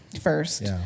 first